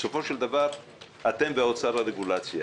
בסופו של דבר אתם והאוצר הרגולציה,